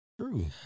True